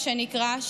מה שנקרא,